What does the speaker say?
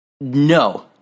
No